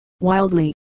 wildly